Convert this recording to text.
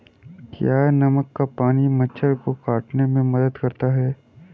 क्या नमक का पानी मच्छर के काटने में मदद करता है?